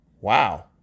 Wow